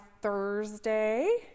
Thursday